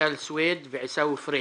רויטל סויד ועיסאווי פריג'.